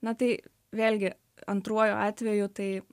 na tai vėlgi antruoju atveju tai